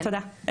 תודה,